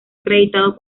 acreditado